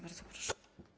Bardzo proszę.